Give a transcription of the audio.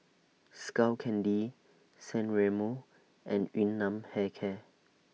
Skull Candy San Remo and Yun Nam Hair Care